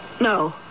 No